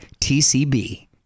TCB